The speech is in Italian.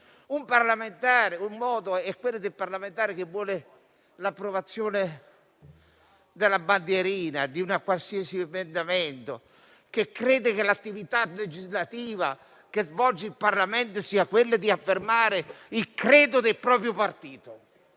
uno è quello del parlamentare che vuole l'approvazione della bandierina, di un qualsiasi emendamento, che crede che l'attività legislativa che svolge il Parlamento sia affermare il credo del proprio partito.